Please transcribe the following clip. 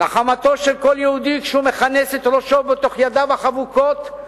נחמתו של כל יהודי כשהוא מכנס ראשו בתוך ידיו החבוקות,